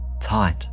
tight